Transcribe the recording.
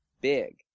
big